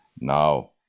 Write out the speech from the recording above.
Now